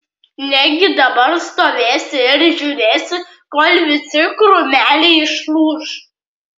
negi dabar stovėsi ir žiūrėsi kol visi krūmeliai išlūš